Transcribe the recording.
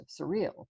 surreal